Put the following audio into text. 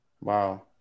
Wow